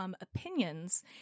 opinions